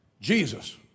Jesus